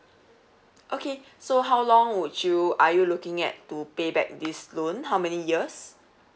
okay so how long would you are you looking at to pay back this loan how many years